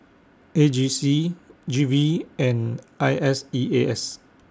A G C G V and I S E A S